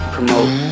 Promote